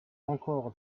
encore